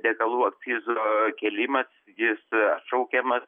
degalų akcizo kėlimas jis atšaukiamas